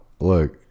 Look